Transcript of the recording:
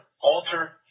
alter